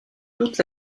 toute